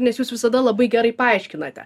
nes jūs visada labai gerai paaiškinate